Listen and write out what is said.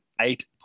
eight